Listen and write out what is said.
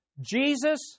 Jesus